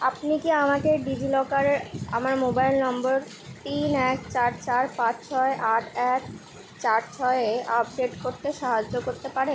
আপনি কি আমাকে ডিজিলকারে আমার মোবাইল নম্বর তিন এক চার চার পাঁচ ছয় আট এক চার ছয় এ আপডেট করতে সাহায্য করতে পারেন